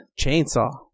Chainsaw